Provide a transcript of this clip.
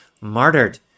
martyred